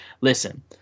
listen